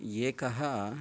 एकः